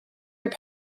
your